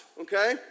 okay